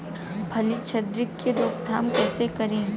फली छिद्रक के रोकथाम कईसे करी?